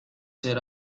ser